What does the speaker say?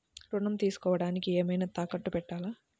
ఋణం తీసుకొనుటానికి ఏమైనా తాకట్టు పెట్టాలా?